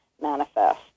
manifest